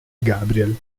gabriel